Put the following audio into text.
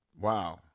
wow